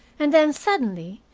and then, suddenly,